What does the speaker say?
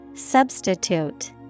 Substitute